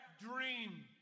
dream